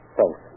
Thanks